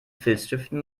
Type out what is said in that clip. filzstiften